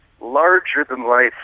larger-than-life